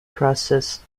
process